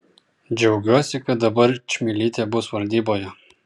džiaugiuosi kad dabar čmilytė bus valdyboje